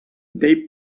they